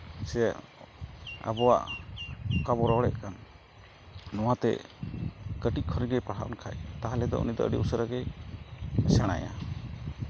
ᱥᱮ ᱟᱵᱚᱣᱟᱜ ᱚᱠᱟ ᱵᱚᱱ ᱨᱚᱲᱮᱫ ᱠᱟᱱ ᱱᱚᱣᱟᱛᱮ ᱠᱟᱹᱴᱤᱡ ᱠᱷᱚᱱᱜᱮ ᱯᱟᱲᱦᱟᱣ ᱞᱮᱱᱠᱷᱟᱡ ᱛᱟᱦᱚᱞᱮ ᱫᱚ ᱩᱱᱤᱫᱚ ᱟᱹᱰᱤ ᱩᱥᱟᱹᱨᱟ ᱜᱮᱭ ᱥᱮᱬᱟᱭᱟ